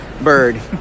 bird